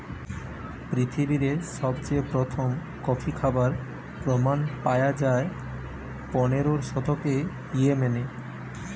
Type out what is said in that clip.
পৃথিবীরে সবচেয়ে প্রথম কফি খাবার প্রমাণ পায়া যায় পনেরোর শতকে ইয়েমেনে